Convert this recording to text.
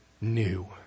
new